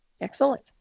Excellent